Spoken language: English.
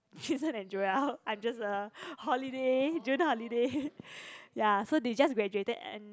jun sheng and Joel I'm just a holiday June holiday ya so they just graduated and